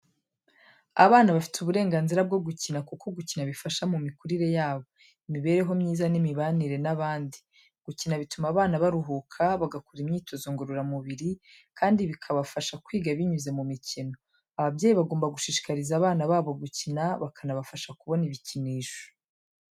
Abana bafite uburenganzira bwo gukina kuko gukina bifasha mu mikurire yabo, imibereho myiza n'imibanire n'abandi. Gukina bituma abana baruhuka, bagakora imyitozo ngororamubiri, kandi bikabafasha kwiga binyuze mu mikino. Ababyeyi bagomba gushishikariza abana babo gukina bakanabafasha kubona ibikinisho.